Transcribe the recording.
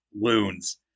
Loons